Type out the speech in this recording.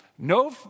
No